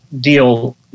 deal